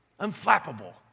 unflappable